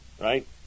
right